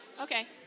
okay